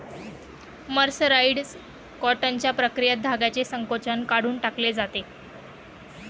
mercerised कॉटनच्या प्रक्रियेत धाग्याचे संकोचन काढून टाकले जाते